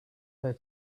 her